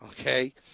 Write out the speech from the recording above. Okay